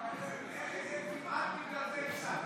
הצעת חוק-יסוד: הממשלה (תיקון,